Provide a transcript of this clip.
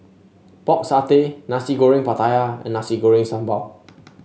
Pork Satay Nasi Goreng Pattaya and Nasi Goreng Sambal